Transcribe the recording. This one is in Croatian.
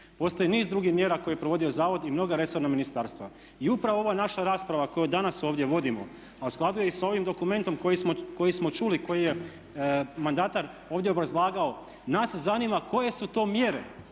Postoji niz drugih mjera koje je provodio zavod i mnoga resorna ministarstva. I upravo ova naša rasprava koju danas ovdje vodimo a u skladu je i sa ovim dokumentom koji smo čuli, koji je mandatar ovdje obrazlagao, nas zanima koje su to mjere,